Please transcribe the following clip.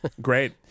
Great